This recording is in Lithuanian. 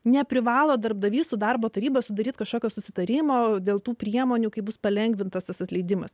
neprivalo darbdavys su darbo taryba sudaryti kažkokio susitarimo dėl tų priemonių kaip bus palengvintas atleidimas